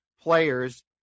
players